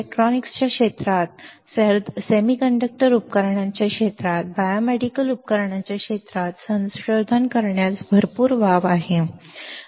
इलेक्ट्रॉनिक्सच्या क्षेत्रात अर्धसंवाहक उपकरणांच्या क्षेत्रात बायोमेडिकल उपकरणांच्या क्षेत्रात संशोधन करण्यास भरपूर वाव आहे